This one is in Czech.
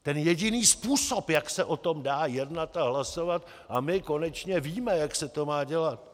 Ten jediný způsob, jak se o tom dá jednat a hlasovat, a my konečně víme, jak se to má dělat.